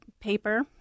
paper